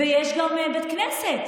ויש גם בית כנסת.